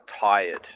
tired